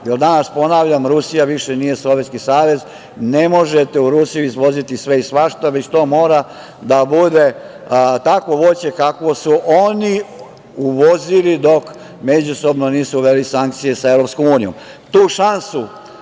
jer danas, ponavljam, Rusija više nije Sovjetski savez, ne možete u Rusiju izvoziti sve i svašta, već to mora da bude takvo voće kakvo su oni uvozili dok međusobno nisu uveli sankcije sa EU.Tu šansu